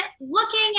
looking